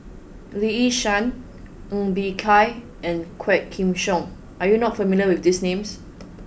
Lee Yi Shyan Ng Bee Kia and Quah Kim Song are you not familiar with these names